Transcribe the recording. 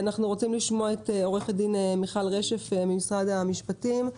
אנחנו רוצים לשמוע את עורכת הדין מיכל רשף ממשרד המשפטים.